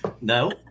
No